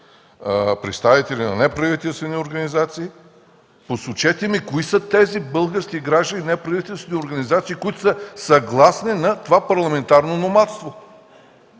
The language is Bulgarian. представители на неправителствени организации. Посочете ми кои са тези български граждани и неправителствени организации, които са съгласни на това парламентарно номадство